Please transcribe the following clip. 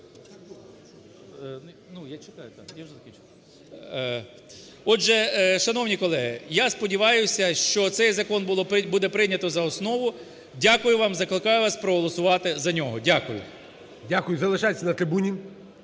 Отже, шановні колеги, я сподіваюся, що цей закон буде прийнято за основу. Дякую вам. Закликаю вас проголосувати за нього. Дякую. ГОЛОВУЮЧИЙ. Дякую. Залишайтеся на трибуні.